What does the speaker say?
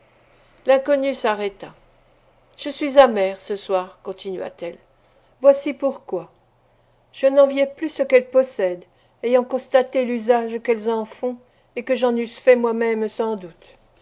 l'inconnue s'arrêta je suis amère ce soir continua-t-elle voici pourquoi je n'enviais plus ce qu'elles possèdent ayant constaté l'usage qu'elles en font et que j'en eusse fait moi-même sans doute